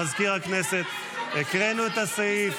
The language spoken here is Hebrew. מזכיר הכנסת ------ הקראנו את הסעיף,